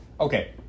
okay